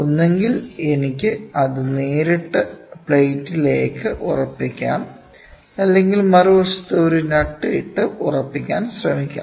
ഒന്നുകിൽ എനിക്ക് അത് നേരിട്ട് പ്ലേറ്റിലേക്ക് ഉറപ്പിക്കാം അല്ലെങ്കിൽ മറുവശത്ത് ഒരു നട്ട് ഇട്ടു ഉറപ്പിക്കാൻ ശ്രമിക്കാം